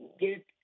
get